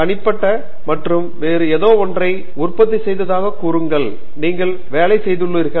தனிப்பட்ட மற்றும் வேறு ஏதோ ஒன்றை உற்பத்தி செய்வதாகக் கூறுங்கள் நீங்கள் வேலை செய்துள்ளீர்கள்